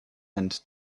and